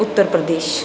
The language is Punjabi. ਉੱਤਰ ਪ੍ਰਦੇਸ਼